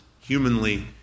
humanly